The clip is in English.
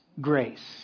grace